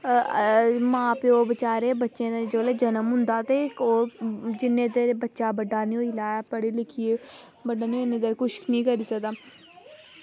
ते मां प्योऽ बेचारे बच्चें दे जेल्लै जन्म होंदा ते ओह् जिन्ने चिर बच्चा बड्डा निं होई जा पढ़ी लिखियै बड्डा निं होऐ उन्ने चिर कुछ निं करी सकदा